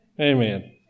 Amen